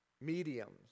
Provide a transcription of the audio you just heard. Mediums